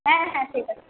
হ্যাঁ হ্যাঁ ঠিক আছে